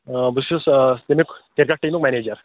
آ بہٕ چھُس تمیُک کِرکَٹ ٹیٖمُک منیجَر